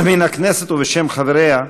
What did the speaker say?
מן הכנסת ובשם חבריה,